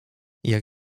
jak